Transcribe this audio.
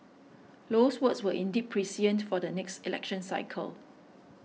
Low's words were indeed prescient for the next election cycle